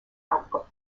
output